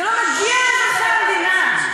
זה לא מגיע לאזרחי המדינה.